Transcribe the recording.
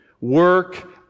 Work